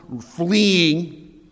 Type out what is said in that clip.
fleeing